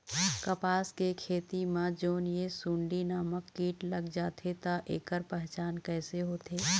कपास के खेती मा जोन ये सुंडी नामक कीट लग जाथे ता ऐकर पहचान कैसे होथे?